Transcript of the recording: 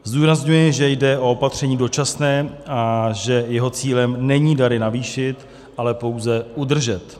Zdůrazňuji, že jde o opatření dočasné a že jeho cílem není dary navýšit, ale pouze udržet.